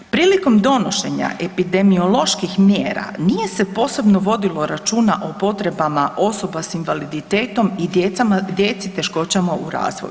Prilikom donošenja epidemioloških mjera nije se posebno vodilo računa o potrebama osoba s invaliditetom i djeci s teškoćama u razvoju.